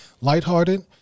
lighthearted